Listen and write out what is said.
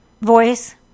voice